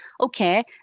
okay